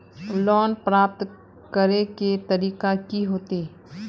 Loan प्राप्त करे के तरीका की होते?